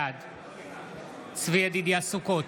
בעד צבי ידידיה סוכות,